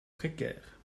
précaires